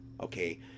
Okay